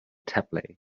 tablet